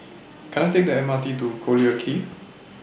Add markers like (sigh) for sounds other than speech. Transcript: Can I Take The M R T to Collyer (noise) Quay